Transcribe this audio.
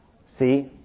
See